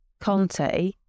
Conte